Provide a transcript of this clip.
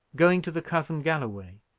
going to the cousin galloway,